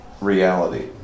reality